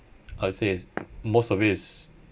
I'd say is most of it is